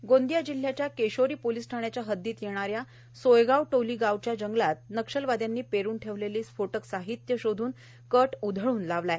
स्फोटके गोंदिया जिल्याच्या केशोरी पोलिस ठाण्याच्या हद्दीत येणाऱ्या सोयगावटोली गावच्या जंगलात नक्षल वाद्यांनी पेरून ठेवलेले स्फोटक साहित्य शोधून कट उधळून लावला आहे